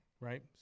Right